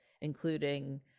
including